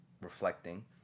reflecting